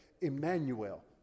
Emmanuel